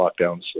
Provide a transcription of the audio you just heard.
lockdowns